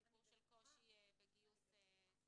הסיפור של קושי בגיוס סייעות,